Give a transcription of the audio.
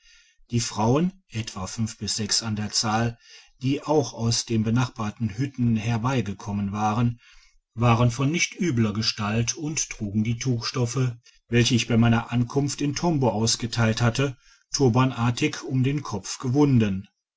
die frauen etwa fünf bis sechs an der zahl die auch aus den benachbarten hütten herbeigekommen waren waren von nicht übler gestalt und trugen die tuchstoffe welche ich bei meiner ankunft in tombo ausgeteilt hatte turbanartig um den kopf gewunden